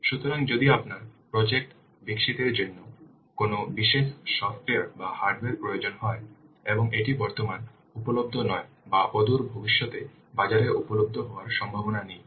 সুতরাং যদি আপনার প্রজেক্ট বিকশিতের জন্য আপনার কোনও বিশেষ সফ্টওয়্যার বা হার্ডওয়্যার প্রয়োজন হয় এবং এটি বর্তমানে উপলব্ধ নয় বা অদূর ভবিষ্যতে বাজারে উপলব্ধ হওয়ার সম্ভাবনা নেই